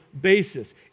basis